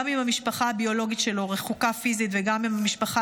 גם אם המשפחה הביולוגית שלו רחוקה פיזית וגם אם המשפחה